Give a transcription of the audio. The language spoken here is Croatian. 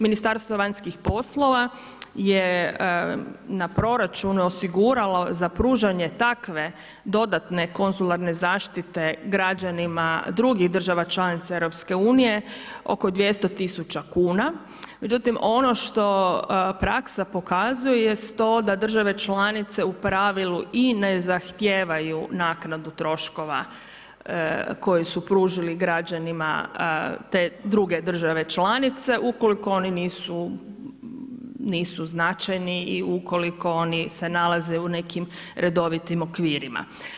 Ministarstvo vanjskih poslova je na proračunu osiguralo za pružanje takve dodatne konzularne zaštite građanima drugih država članica EU oko 200 tisuća kuna, međutim, ono što praksa pokazuje jest to da države članice u pravilu i ne zahtijevaju naknadu troškova koje su pružili građanima te druge države članice, ukoliko oni nisu značajni i ukoliko oni se nalaze u nekim redovitim okvirima.